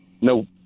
No